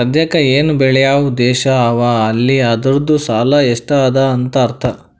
ಸದ್ಯಾಕ್ ಎನ್ ಬೇಳ್ಯವ್ ದೇಶ್ ಅವಾ ಅಲ್ಲ ಅದೂರ್ದು ಸಾಲಾ ಎಷ್ಟ ಅದಾ ಅಂತ್ ಅರ್ಥಾ